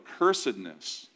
cursedness